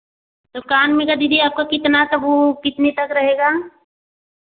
तो काम में का दीदी आपका कितने तक वह कितने तक रहेगा